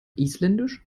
isländisch